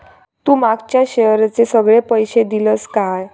तू मागच्या शेअरचे सगळे पैशे दिलंस काय?